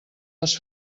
les